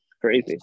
Crazy